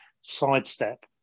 sidestep